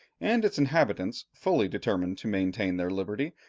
and its inhabitants, fully determined to maintain their liberty,